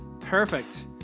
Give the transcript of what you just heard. Perfect